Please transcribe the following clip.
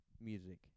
music